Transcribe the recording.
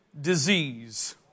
disease